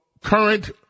current